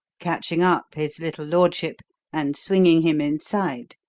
catching up his little lordship and swinging him inside.